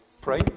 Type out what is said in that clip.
pray